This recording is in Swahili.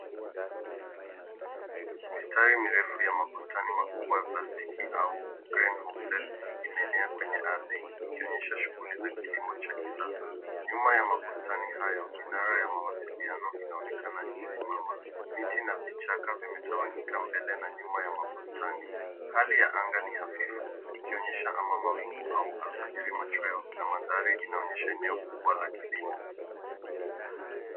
Mistari mirefu ya ma bustani makubwa plastiki au greenhouses imeenea kwenye ardhi. Ikionyesha shughuli za kilimo za kisasa. Nyuma ya mabustani hayo idara ya mawasiliano inaonekana ikisimama. Miti na vichaka vimetawanyika mbele na nyuma ya mabustani. Hali ya anga ni hafifu ikionyesha ama mawingu au alfajiri macheo na mandhari inaonyesha eneo kubwa la kilimo.